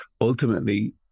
ultimately